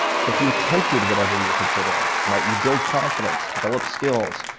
so if you attempted whatever you're considering, might you build confidence, develop skills,